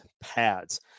pads